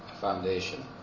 foundation